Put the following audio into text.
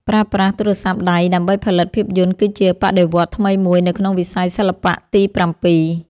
ប្រើប្រាស់ទូរស័ព្ទដៃដើម្បីផលិតភាពយន្តគឺជាបដិវត្តន៍ថ្មីមួយនៅក្នុងវិស័យសិល្បៈទីប្រាំពីរ។